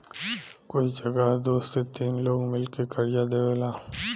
कुछ जगह दू से तीन लोग मिल के कर्जा देवेला